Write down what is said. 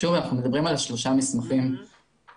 שוב, אנחנו מדברים על שלושה מסמכים אלה.